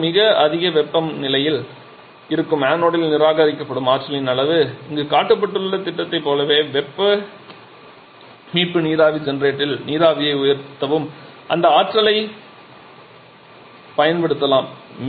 பொதுவாக மிக அதிக வெப்பநிலையில் இருக்கும் அனோடில் நிராகரிக்கப்படும் ஆற்றலின் அளவு இங்கு காட்டப்பட்டுள்ள திட்டத்தைப் போலவே வெப்ப மீட்பு நீராவி ஜெனரேட்டரில் நீராவியை உயர்த்தவும் அந்த ஆற்றலை பயன்படுத்தலாம்